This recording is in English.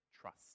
trust